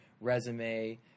resume